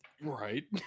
Right